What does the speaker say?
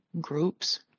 groups